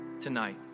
tonight